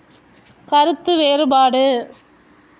கருத்து வேறுப்பாடு